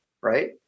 right